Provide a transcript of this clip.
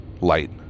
light